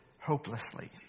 hopelessly